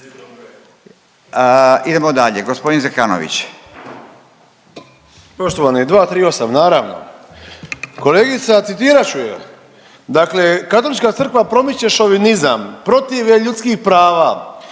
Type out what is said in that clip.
Idemo dalje, g. Zekanović.